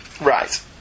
Right